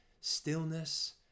stillness